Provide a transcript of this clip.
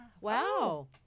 Wow